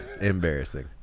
embarrassing